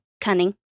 cunning